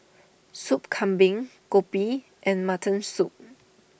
Sup Kambing Kopi and Mutton Soup